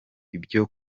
ibyo